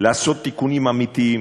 לעשות תיקונים אמיתיים,